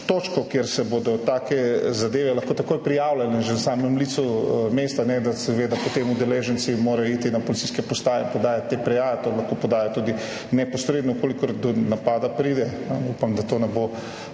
točko, kjer se bodo take zadeve lahko takoj prijavljale že na samem licu mesta, ne da seveda potem udeleženci morajo iti na policijske postaje podajati te prijave, to lahko podajo tudi neposredno, če do napada pride. Upam, da to ne bo,